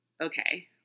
Okay